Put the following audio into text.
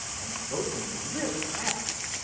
and those can be really fast.